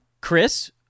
Chris